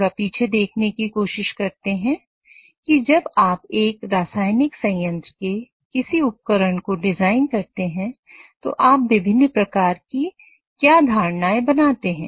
थोड़ा पीछे देखने की कोशिश करते हैं हैं कि जब आप एक रासायनिक संयंत्र के किसी उपकरण को डिजाइन करते हैं तो आप विभिन्न प्रकार के क्या धारणाएं बनाते हैं